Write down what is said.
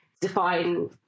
define